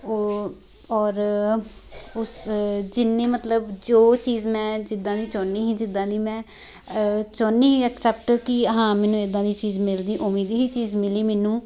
ਉਹ ਔਰ ਉਸ ਜਿੰਨੀ ਮਤਲਬ ਜੋ ਚੀਜ਼ ਮੈਂ ਜਿੱਦਾਂ ਦੀ ਚਾਹੁੰਦੀ ਸੀ ਜਿੱਦਾਂ ਦੀ ਮੈਂ ਚਾਹੁੰਦੀ ਸੀ ਐਕਸੈਪਟ ਕਿ ਹਾਂ ਮੈਨੂੰ ਇੱਦਾਂ ਦੀ ਚੀਜ਼ ਮਿਲਦੀ ਉਵੇਂ ਦੀ ਹੀ ਚੀਜ਼ ਮਿਲੀ ਮੈਨੂੰ